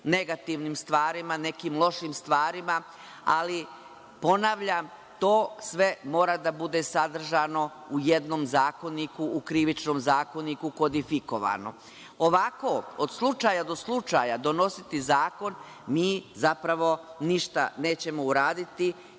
negativnim stvarima, nekim lošim stvarima, ali ponavljam, to sve mora da bude sadržano u jednom zakoniku, u Krivičnom zakoniku kodifikovanom. Ovako, od slučaja do slučaja, donositi zakon, mi zapravo ništa nećemo uraditi